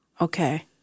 Okay